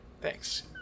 Thanks